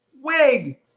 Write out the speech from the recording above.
Wig